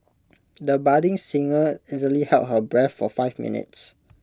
the budding singer easily held her breath for five minutes